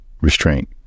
restraint